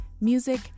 music